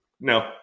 No